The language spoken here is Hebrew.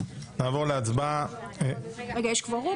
נעבור להצבעה --- יש קוורום?